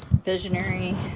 visionary